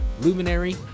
Luminary